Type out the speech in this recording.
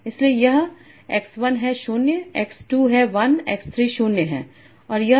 इसलिए यह x 1 है 0 x 2 है 1 x 3 0 है